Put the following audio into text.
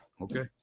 Okay